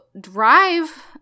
drive